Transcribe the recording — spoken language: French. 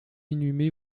inhumé